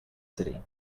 city